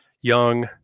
young –